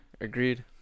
Agreed